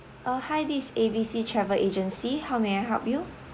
uh hi this is A B C travel agency how may I help you